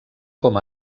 com